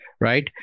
Right